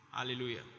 hallelujah